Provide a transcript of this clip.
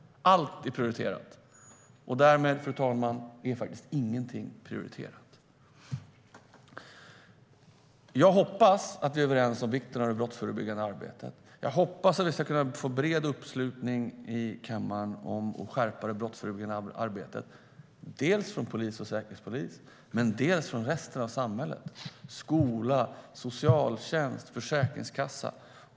Allt är prioriterat. Därmed, fru talman, är faktiskt ingenting prioriterat. Jag hoppas att vi är överens om vikten av det brottsförebyggande arbetet. Jag hoppas att vi ska få bred uppslutning i kammaren för att skärpa det brottsförebyggande arbetet, dels för polis och säkerhetspolis, dels för resten av samhället - skola, socialtjänst, försäkringskassa.